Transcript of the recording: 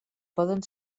poden